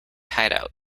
hideout